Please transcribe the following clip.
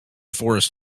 forest